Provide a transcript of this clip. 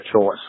choice